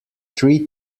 three